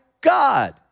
God